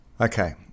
Okay